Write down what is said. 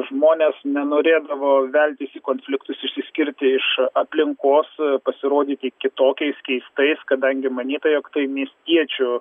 žmonės nenorėdavo veltis į konfliktus išsiskirti iš aplinkos pasirodyti kitokiais keistais kadangi manyta jog tai miestiečių